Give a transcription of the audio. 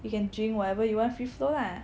you can drink whatever you want free flow lah